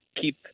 keep